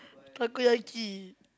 Takoyaki